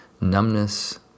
numbness